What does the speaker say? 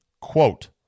quote